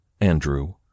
Andrew